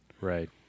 Right